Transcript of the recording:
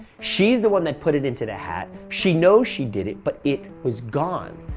she's the one that put it into the hat. she knows she did it, but it was gone.